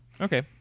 Okay